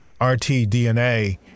RTDNA